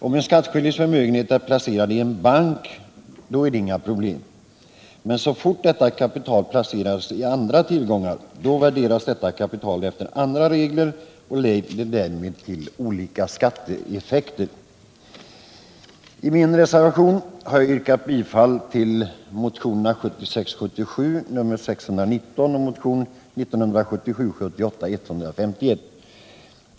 Om en skattskyldigs förmögenhet är placerad i bank är det inga problem, men så fort ett kapital placeras i andra tillgångar värderas det efter andra regler och skatteeffekterna blir annorlunda. I min reservation har jag yrkat bifall till motionerna 1976 78:151.